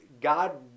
God